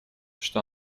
что